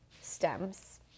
stems